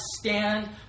stand